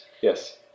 yes